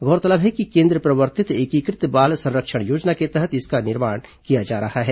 गौरतलब है कि केन्द्र प्रवर्तित एकीकृत बाल संरक्षण योजना के तहत इसका निर्माण किया जा रहा है